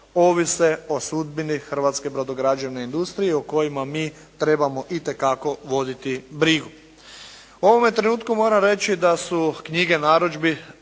ovise o sudbini hrvatske brodograđevne industrije o kojima mi trebamo itekako voditi brigu. U ovome trenutku moram reći da su knjige narudžbi